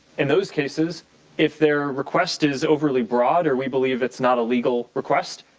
and those cases if their request is overly broad or we believe it's not a legal request,